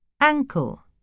Ankle